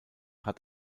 hat